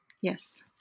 Yes